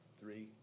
Three